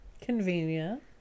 Convenient